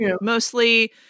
mostly